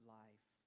life